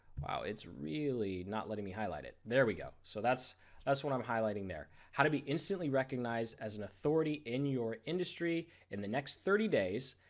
wow it's really not letting me highlight it. there we go so that's that's what i'm highlighting there. how to be instantly recognised as an authority in your industry in the next thirty days,